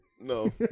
No